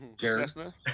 Cessna